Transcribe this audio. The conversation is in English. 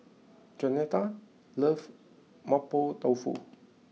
Jaunita loves Mapo Tofu